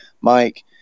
Mike